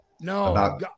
No